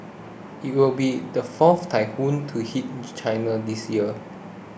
it will be the fourth typhoon to hit China this year